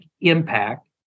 impact